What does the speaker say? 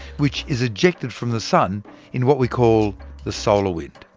which is ejected from the sun in what we call the solar wind.